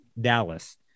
Dallas